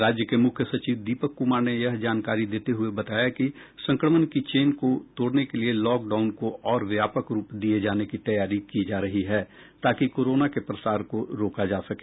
राज्य के मुख्य सचिव दीपक कुमार ने यह जानकारी देते हुए बताया कि संक्रमण की चेन को तोड़ने के लिए लॉकडाउन को और व्यापक रूप दिये जाने की तैयारी की जा रही है ताकि कोरोना के प्रसार को रोका जा सके